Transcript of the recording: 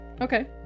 Okay